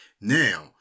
Now